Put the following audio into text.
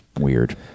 weird